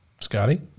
Scotty